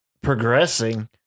progressing